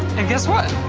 and guess what?